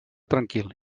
tranquil